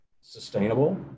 sustainable